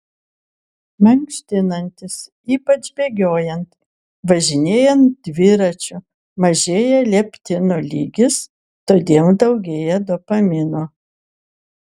mankštinantis ypač bėgiojant važinėjant dviračiu mažėja leptino lygis todėl daugėja dopamino